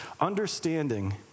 understanding